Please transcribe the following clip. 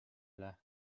üle